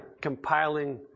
compiling